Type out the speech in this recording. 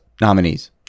nominees